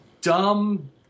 dumb